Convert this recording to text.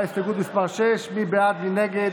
סעיף 6 זה ג'ובים למפלגת